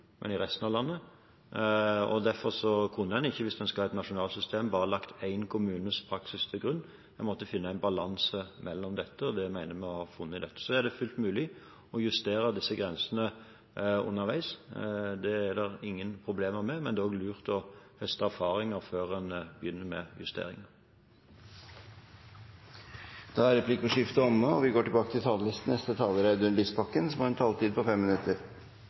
men i resten av landet. Hvis en skal ha et nasjonalt system, kunne en derfor ikke bare lagt én kommunes praksis til grunn. En måtte finne en balanse i dette, og det mener jeg vi har funnet. Det er fullt mulig å justere disse grensene underveis. Det er det ingen problemer med, men det er lurt å høste erfaringer før en begynner med justeringer. Da er replikkordskiftet omme. SV støtter den lovendringen som regjeringen har foreslått. Vår oppfatning er nettopp det som statsråden ga uttrykk for her, at dette ikke er en